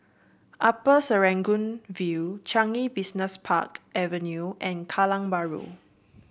Upper Serangoon View Changi Business Park Avenue and Kallang Bahru